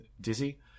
dizzy